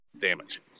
Damage